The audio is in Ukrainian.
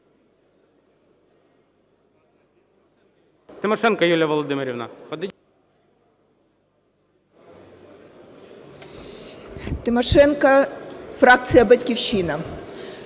Тимошенко, фракція "Батьківщина".